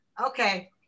Okay